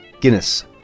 Guinness